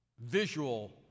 visual